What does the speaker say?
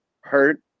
hurt